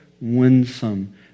winsome